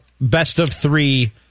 best-of-three